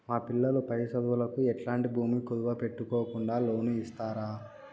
మా పిల్లలు పై చదువులకు ఎట్లాంటి భూమి కుదువు పెట్టుకోకుండా లోను ఇస్తారా